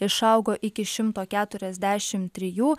išaugo iki šimto keturiasdešimt trijų